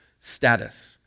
Status